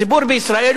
הציבור בישראל,